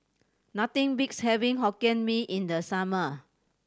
nothing beats having Hokkien Mee in the summer